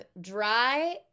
dry